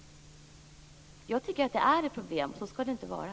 Jag tycker att det är ett problem. Så skall det inte vara.